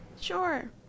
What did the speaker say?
Sure